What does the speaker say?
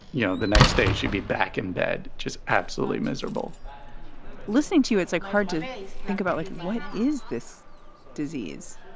you know, the next day she'd be back in bed, just absolutely miserable listening to it's like hard to think about, like, what is this disease?